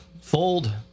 fold